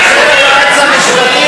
ראש הממשלה,